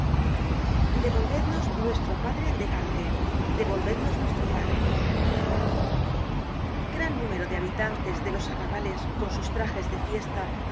devolvednos nuestro padre el de gante devolvadnos nuestro padre gran número de habitantes de los arrabales con sus trajes de fiesta